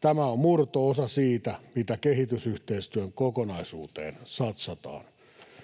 Tämä on murto-osa siitä, mitä kehitysyhteistyön kokonaisuuteen satsataan.